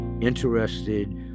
interested